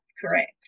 correct